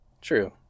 True